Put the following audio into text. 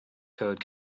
code